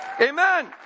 Amen